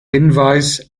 hinweis